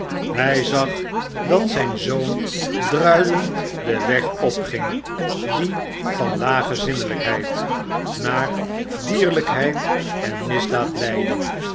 hy zag dat zijn zoon druilend den weg opging die van lage zinnelijkheid naar dierlpheid en misdaad leidde